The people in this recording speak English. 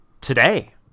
today